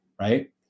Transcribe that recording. Right